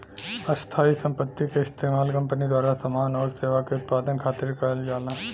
स्थायी संपत्ति क इस्तेमाल कंपनी द्वारा समान आउर सेवा के उत्पादन खातिर करल जाला